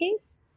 case